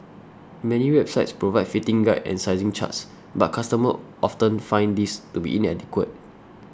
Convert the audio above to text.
many websites provide fitting guides and sizing charts but customers often find these to be inadequate